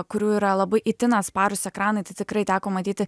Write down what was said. kurių yra labai itin atsparūs ekranai tai tikrai teko matyti